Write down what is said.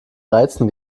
reizen